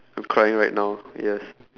I'm crying right now yes